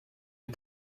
les